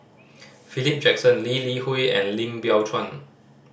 Philip Jackson Lee Li Hui and Lim Biow Chuan